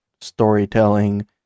storytelling